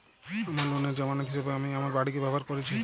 আমার লোনের জামানত হিসেবে আমি আমার বাড়িকে ব্যবহার করেছি